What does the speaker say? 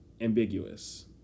ambiguous